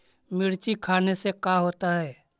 मिर्ची खाने से का होता है?